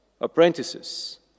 apprentices